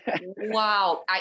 wow